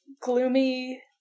gloomy